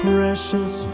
Precious